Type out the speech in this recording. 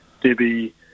Debbie